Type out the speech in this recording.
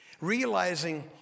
realizing